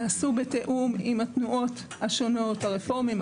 נעשו בתיאום עם התנועות השונות הרפורמים,